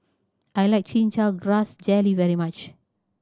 I like Chin Chow Grass Jelly very much